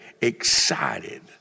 excited